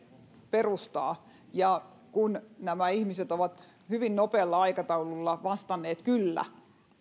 perustaa ja kun nämä ihmiset ovat hyvin nopealla aikataululla vastanneet kyllä